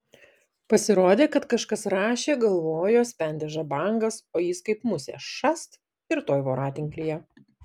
pasirodė kad kažkas rašė galvojo spendė žabangas o jis kaip musė šast ir tuoj voratinklyje